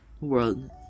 world